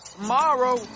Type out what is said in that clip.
Tomorrow